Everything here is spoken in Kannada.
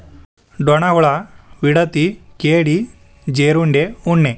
ಡೋಣ ಹುಳಾ, ವಿಡತಿ, ಕೇಡಿ, ಜೇರುಂಡೆ, ಉಣ್ಣಿ